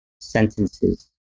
sentences